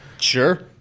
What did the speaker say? Sure